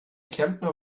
klempner